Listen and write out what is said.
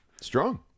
Strong